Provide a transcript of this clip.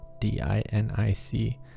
d-i-n-i-c